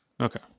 Okay